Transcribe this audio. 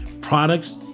products